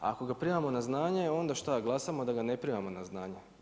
Ako ga primamo na znanje onda što, glasamo da ga ne primamo na znanje?